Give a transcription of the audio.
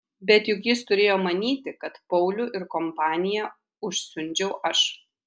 bet juk jis turėjo manyti kad paulių ir kompaniją užsiundžiau aš